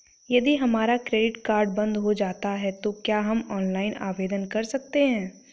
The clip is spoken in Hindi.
यदि हमारा क्रेडिट कार्ड बंद हो जाता है तो क्या हम ऑनलाइन आवेदन कर सकते हैं?